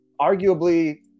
arguably